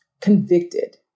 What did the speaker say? convicted